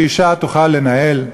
שאישה תוכל לנהל,